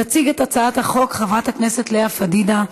תציג את הצעת החוק חברת הכנסת לאה פדידה,